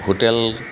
hotel